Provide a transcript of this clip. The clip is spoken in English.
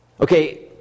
Okay